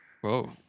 Whoa